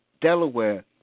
Delaware